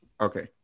okay